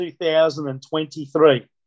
2023